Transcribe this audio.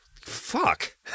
Fuck